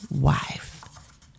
wife